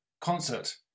concert